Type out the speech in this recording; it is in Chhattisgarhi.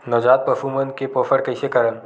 नवजात पशु मन के पोषण कइसे करन?